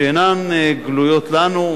שאינן גלויות לנו,